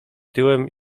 tyłem